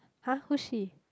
!huh! who's she